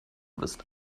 wirst